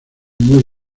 muy